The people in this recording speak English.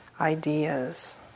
ideas